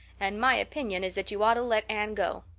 and my opinion is that you ought to let anne go.